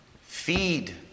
feed